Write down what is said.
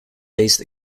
based